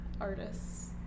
artists